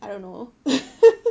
I don't know